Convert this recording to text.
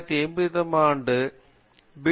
1985 ஆம் ஆண்டு என் பி